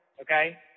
Okay